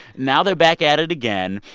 now they're back at it again.